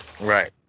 Right